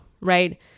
right